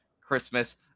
christmas